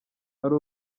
hari